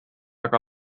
aga